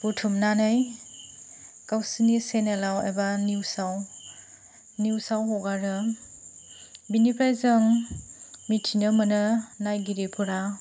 बुथुमनानै गावसिनि चेनेलआव एबा निउसआव निउसआव हगारो बिनिफ्राय जों मिथिनो मोनो नायगिरिफोरा